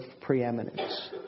preeminence